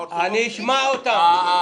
האורתודוכסיים --- אני אשמע אותם.